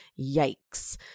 yikes